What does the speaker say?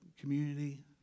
community